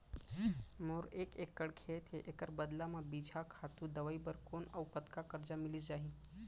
मोर एक एक्कड़ खेत हे, एखर बदला म बीजहा, खातू, दवई बर कोन अऊ कतका करजा मिलिस जाही?